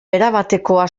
erabatekoa